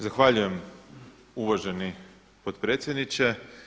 Zahvaljujem uvaženi potpredsjedniče.